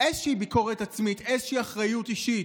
איזושהי ביקורת עצמית, איזושהי אחריות אישית,